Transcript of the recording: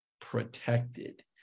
protected